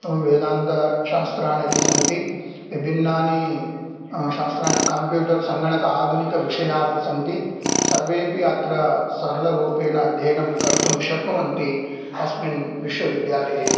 वेदान्तशास्त्राण्यपि सन्ति विभिन्नानि शास्त्राणि कम्प्यूटर् सङ्गणक आधुनिकविषयापि सन्ति सर्वेपि अत्र सरलरूपेण अध्ययनं कर्तुं शक्नुवन्ति अस्मिन् विश्विवद्यालये